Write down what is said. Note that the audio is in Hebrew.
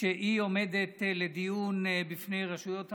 שעומדת לדיון בפני רשויות המס,